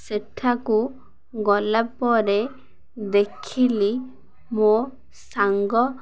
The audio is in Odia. ସେଠାକୁ ଗଲା ପରେ ଦେଖିଲି ମୋ ସାଙ୍ଗ